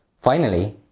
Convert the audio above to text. finally,